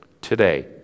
today